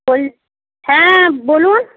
বল হ্যাঁ বলুন